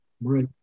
right